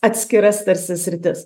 atskiras tarsi sritis